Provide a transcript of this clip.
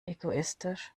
egoistisch